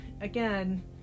again